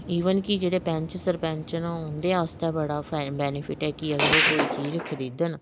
even कि जेह्ड़े पैंच सरपंच न उं'दे आस्तै बडा बेनीफिट्ट ऐ कि अगर ओह् कोई चीज खरीदन